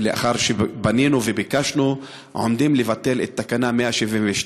לאחר שפנינו וביקשנו, עומדים לבטל את תקנה 172,